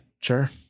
Sure